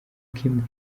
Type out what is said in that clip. kim